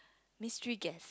mystery gap